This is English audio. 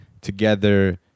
together